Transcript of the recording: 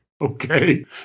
Okay